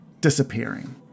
disappearing